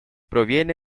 proviene